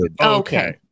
Okay